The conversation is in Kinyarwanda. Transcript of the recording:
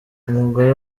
umugore